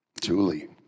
Julie